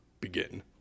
begin